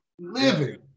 Living